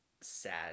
sad